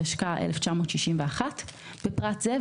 התשכ"א-1961 ; בפרט זה,